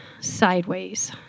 sideways